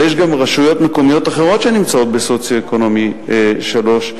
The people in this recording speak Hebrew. אבל יש גם רשויות מקומיות אחרות שנמצאות בסוציו-אקונומי 3,